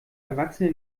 erwachsene